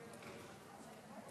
תודה רבה,